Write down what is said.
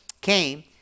came